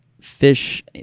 fish